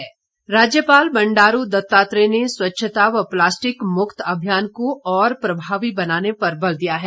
राज्यपाल राज्यपाल बंडारू दत्तात्रेय ने स्वच्छता व प्लास्टिक मुक्त अभियान को और प्रभावी बनाने पर बल दिया है